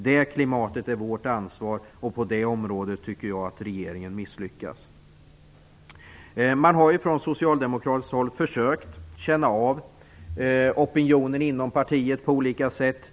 Det klimatet är vårt ansvar, och på det området tycker jag att regeringen har misslyckats. Socialdemokraterna har på olika sätt försökt känna av opinionen inom partiet.